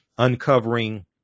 Uncovering